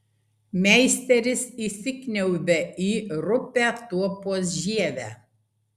meisteris įsikniaubia į rupią tuopos žievę